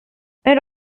elle